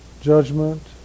judgment